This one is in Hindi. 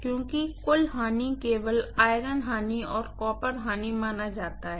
क्योंकि कुल लॉस केवल आयरन लॉस और कॉपर लॉस माना जाता है